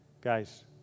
Guys